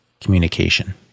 communication